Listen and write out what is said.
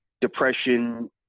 depression